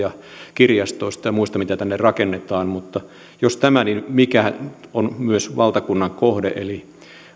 kirjastoista ja muista mitä tänne rakennetaan mutta tämä jos mikä on myös valtakunnan kohde eli